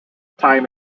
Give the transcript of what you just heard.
time